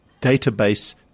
database